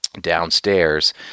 downstairs